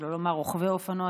שלא לומר רוכבי אופנוע,